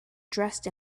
dressed